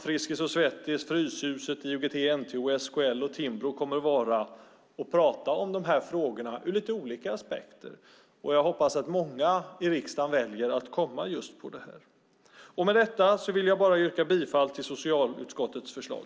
Friskis & Svettis, Fryshuset, IOGT-NTO, SKL och Timbro kommer att delta och tala om dessa frågor ur lite olika aspekter. Jag hoppas att många i riksdagen väljer att komma dit. Med detta vill jag yrka bifall till socialutskottets förslag.